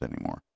anymore